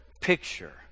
picture